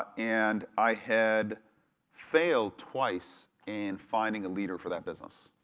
and i had failed twice in finding a leader for that business.